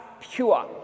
pure